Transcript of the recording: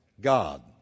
God